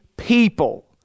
People